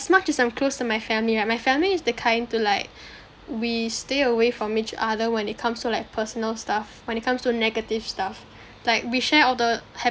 as much as I'm close to my family right my family is the kind to like we stay away from each other when it comes to like personal stuff when it comes to negative stuff like we share all the ha~